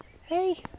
hey